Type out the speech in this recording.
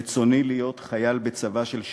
רצוני להיות חייל בצבא של שלום.